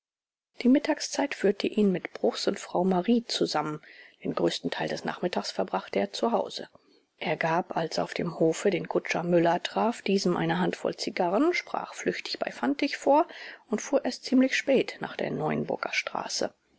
die mittagszeit führte ihn mit bruchs und frau marie zusammen den größten teil des nachmittags verbrachte er zu hause er gab als er auf dem hofe den kutscher müller traf diesem eine handvoll zigarren sprach flüchtig bei fantig vor und fuhr erst ziemlich spät nach der neuenburger straße